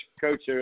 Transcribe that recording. coach